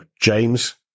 James